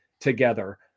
together